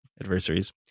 adversaries